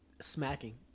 Smacking